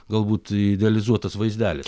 galbūt idealizuotas vaizdelis